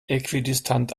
äquidistant